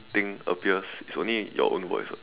thing appears is only your own voice [what]